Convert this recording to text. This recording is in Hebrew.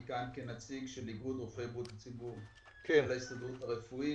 אני נמצא כאן כנציג של איגוד רופאי בריאות הציבור של ההסתדרות הרפואית.